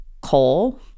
coal